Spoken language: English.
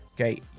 okay